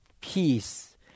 peace